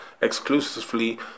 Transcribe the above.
exclusively